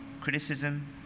criticism